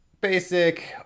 basic